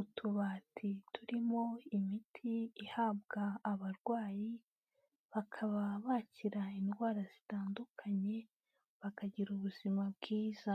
utubati turimo imiti ihabwa abarwayi bakaba bakira indwara zitandukanye bakagira ubuzima bwiza.